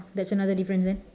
that's another difference there